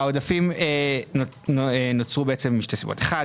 העודפים נוצרו משתי סיבות - אחת,